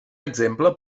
exemple